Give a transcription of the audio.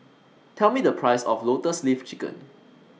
Tell Me The Price of Lotus Leaf Chicken